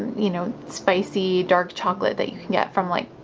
you know, spicy dark chocolate that you can get from like